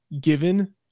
given